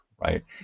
right